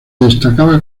destacaba